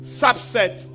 subset